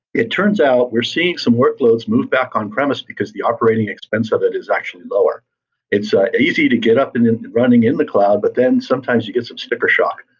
it turns out, we're seeing some workloads move back on premise because the operating expense of it is actually lower it's easy to get up and then running in the cloud, but then sometimes you get some sticker shock.